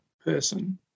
person